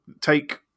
take